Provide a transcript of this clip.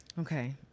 Okay